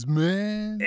man